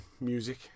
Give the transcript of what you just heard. music